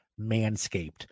Manscaped